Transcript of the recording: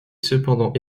cependant